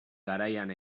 garaian